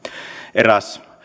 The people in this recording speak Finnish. eräs